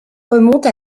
remonte